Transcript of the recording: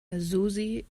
susi